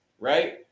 right